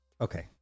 okay